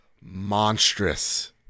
monstrous